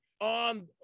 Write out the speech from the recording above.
on